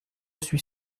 suis